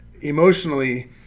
emotionally